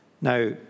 Now